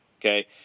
Okay